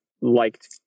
liked